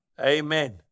Amen